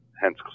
hence